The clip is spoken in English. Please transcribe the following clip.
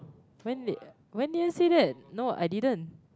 when did when did I say that no I didn't